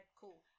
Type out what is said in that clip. cool